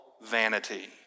vanity